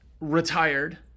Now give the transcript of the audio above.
retired